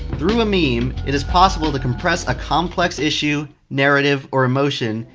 through a meme, it is possible to compress a complex issue, narrative or emotion,